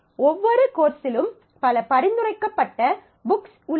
ஒவ்வொரு கோர்ஸிலும் பல பரிந்துரைக்கப்பட்ட புக்ஸ் உள்ளன